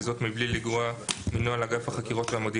וזאת מבלי לגרוע מנוהל אגף החקירות והמודיעין